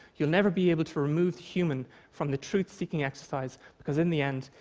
you'll never be able to remove the human from the truth-seeking exercise, because in the end,